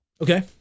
Okay